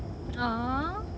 ah